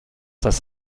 das